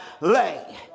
lay